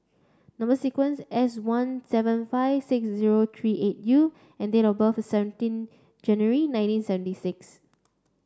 number sequence S one seven five six zero three eight U and date of birth is seventeen January nineteen seventy six